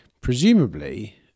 presumably